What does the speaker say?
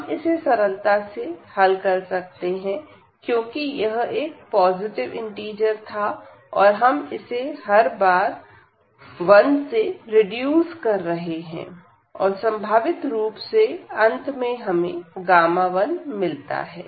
हम इसे सरलता से हल कर सकते हैं क्योंकि यह एक पॉजिटिव इंटिजर था और हम इसे हर बार 1 से रिड्यूस कर रहे हैं और संभावित रूप से अंत में हमें 1 मिलता है